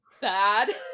bad